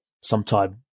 sometime